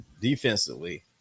defensively